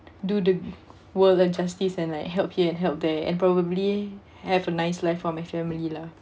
do the world a justice and like help here and help there and probably have a nice life for my family lah